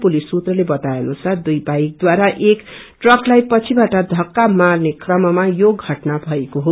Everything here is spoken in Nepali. पुलिस सुत्रले बताए अनुसार दुई बाइकद्वारा एक ट्रकलाई पछिबाट धक्का मार्ने क्रममा यो दुर्घटना भएको हो